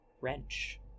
wrench